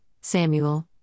Samuel